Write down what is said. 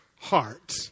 heart